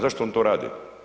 Zašto oni to rade?